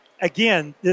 Again